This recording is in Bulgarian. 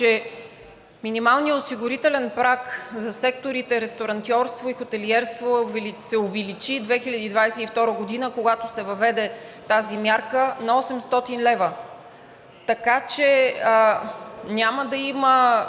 минималният осигурителен праг за секторите „Ресторантьорство“ и „Хотелиерство“ се увеличи през 2022 г., когато се въведе тази мярка на 800 лв., така че няма да има,